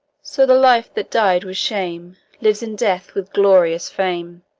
so the life that died with shame lives in death with glorious fame.